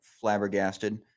flabbergasted